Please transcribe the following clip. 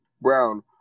Brown